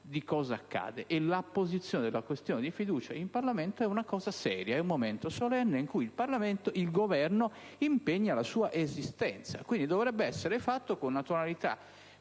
quest'ottica, l'apposizione della questione di fiducia in Parlamento è una cosa seria, un momento solenne in cui in Parlamento il Governo impegna la sua esistenza. Quindi, dovrebbe essere fatta con una ritualità